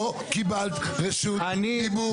לא קיבלת רשות דיבור.